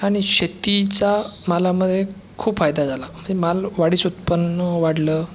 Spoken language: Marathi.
आणि शेतीचा मालामध्ये म्हणजे खूप फायदा झाला मालवाढीस उत्पन्न वाढलं